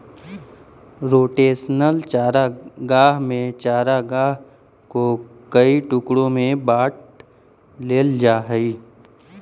rotational चारागाह में चारागाह को कई टुकड़ों में बांट देल जा हई